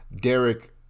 Derek